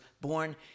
born